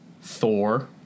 Thor